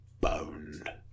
boned